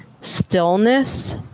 stillness